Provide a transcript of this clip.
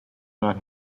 not